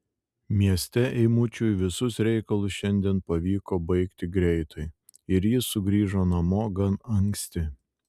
mieste eimučiui visus reikalus šiandien pavyko baigti greitai ir jis sugrįžo namo gan anksti